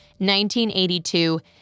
1982